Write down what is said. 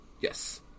Yes